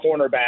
cornerback